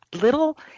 little